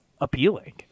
appealing